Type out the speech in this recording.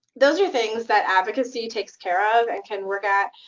those are things that advocacy takes care of and can work at,